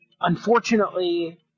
unfortunately